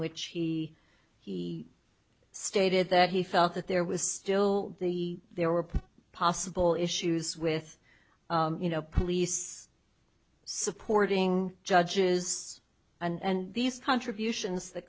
which he he stated that he felt that there was still the there were possible issues with you know police supporting judges and these contributions the